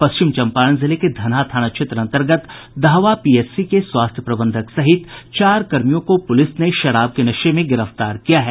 पश्चिम चंपारण जिले के धनहा थाना क्षेत्र अंतर्गत दहवा पीएचसी के स्वास्थ्य प्रबंधक सहित चार कर्मियों को पुलिस ने शराब के नशे में गिरफ्तार किया है